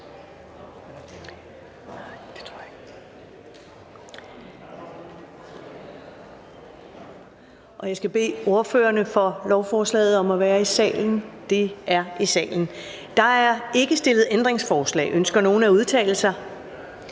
Jeg skal bede ordførerne for lovforslaget om at komme ind i salen. Der er ikke stillet ændringsforslag. Ønsker nogen at udtale sig?